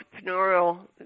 entrepreneurial